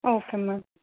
okay madam